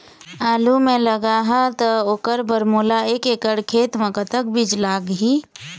आलू मे लगाहा त ओकर बर मोला एक एकड़ खेत मे कतक बीज लाग ही?